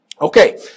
Okay